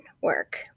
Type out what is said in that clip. work